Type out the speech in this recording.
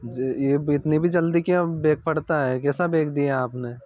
जी यह इतनी भी जल्दी क्या बैग फटता है कैसा बैग दिया आपने